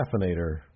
Caffeinator